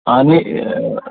आनी